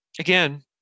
again